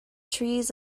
trees